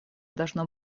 должно